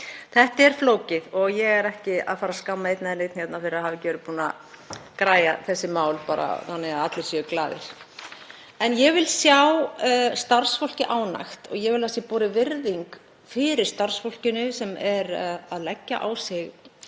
Þetta er flókið og ég er ekki að fara að skamma einn eða neinn fyrir að hafa ekki verið búinn að græja þessi mál þannig að allir séu glaðir. En ég vil sjá starfsfólkið ánægt. Ég vil að virðing sé borin fyrir starfsfólkinu sem er að leggja á sig